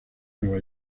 nueva